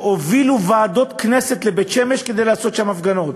שהובילו ועדות כנסת לבית-שמש כדי לעשות שם הפגנות.